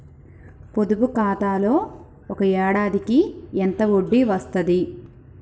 పొదుపు ఖాతాలో ఒక ఏడాదికి ఎంత వడ్డీ వస్తది?